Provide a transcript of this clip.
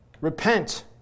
Repent